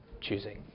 choosing